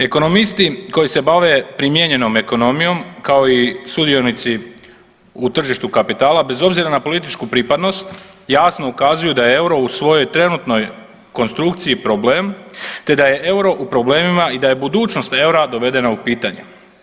Ekonomisti koji se bave primijenjenom ekonomijom kao i sudionici u tržištu kapitala bez obzira na političku pripadnost jasno ukazuju da je euro u svojoj trenutnoj konstrukciji problem, te da je euro u problemima i da je budućnost eura dovedena u pitanje.